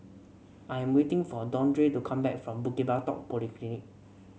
I'm waiting for Deondre to come back from Bukit Batok Polyclinic